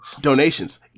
Donations